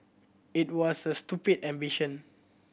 it was a stupid ambition